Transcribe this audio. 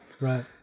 Right